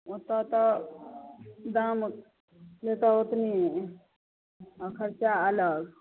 ओतऽ तऽ दाम देतौ ओतनी आ खर्चा अलग